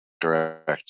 Correct